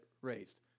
raised